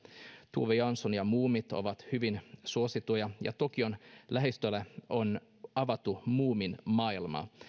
tove jansson ja muumit ovat hyvin suosittuja ja tokion lähistöllä on avattu muumimaailma